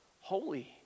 holy